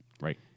Right